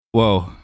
whoa